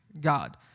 God